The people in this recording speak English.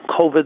COVID